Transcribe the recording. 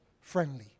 friendly